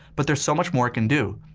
but there's so much more it can do,